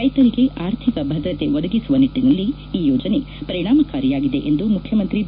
ರೈತರಿಗೆ ಆರ್ಥಿಕ ಭದ್ರತೆ ಒದಗಿಸುವ ನಿಟ್ಟನಲ್ಲಿ ಈ ಯೋಜನೆ ಪರಿಣಾಮಕಾರಿಯಾಗಿದೆ ಎಂದು ಮುಖ್ಯಮಂತ್ರಿ ಬಿ